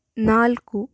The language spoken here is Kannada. ನಾಲ್ಕು